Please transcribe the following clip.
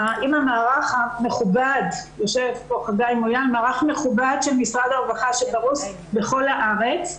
המערך המכובד של משרד הרווחה שפרוש בכל הארץ.